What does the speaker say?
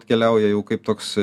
atkeliauja jau kaip toks